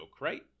right